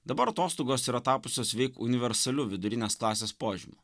dabar atostogos yra tapusios veik universalių vidurinės klasės požymiu